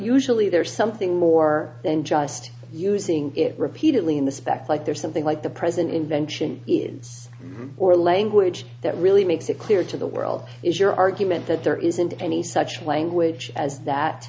usually there's something more than just using it repeatedly in the spec like there's something like the present invention or language that really makes it clear to the world is your argument that there isn't any such language as that